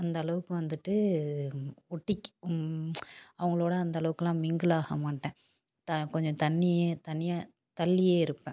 அந்த அளவுக்கு வந்துவிட்டு ஒட்டிக் அவங்களோட அந்தளவுக்கெலாம் மிங்கில் ஆக மாட்டேன் த கொஞ்சம் தனியே தனியாக தள்ளியே இருப்பேன்